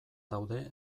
daude